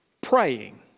praying